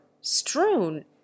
strewn